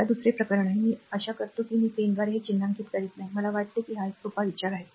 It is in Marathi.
आता दुसरे प्रकरण आहेमी आशा करतो की मी पेनद्वारे हे चिन्हांकित करीत नाही आहे मला वाटते की हे सोपा विचार आहे